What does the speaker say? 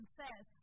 says